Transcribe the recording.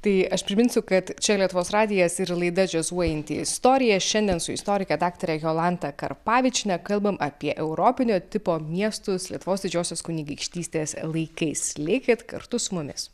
tai aš priminsiu kad čia lietuvos radijas ir laida džiazuojanti istorija šiandien su istorike daktare jolanta karpavičiene kalbam apie europinio tipo miestus lietuvos didžiosios kunigaikštystės laikais likit kartu su mumis